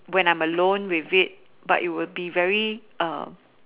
when I am alone with it but it would be very um